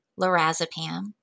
lorazepam